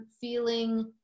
feeling